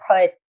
put